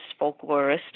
folklorist